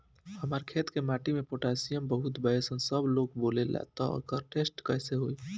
हमार खेत के माटी मे पोटासियम बहुत बा ऐसन सबलोग बोलेला त एकर टेस्ट कैसे होई?